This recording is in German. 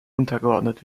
untergeordnet